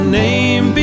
name